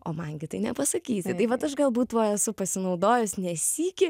o man gi tai nepasakysi tai vat aš galbūt tuo esu pasinaudojus ne sykį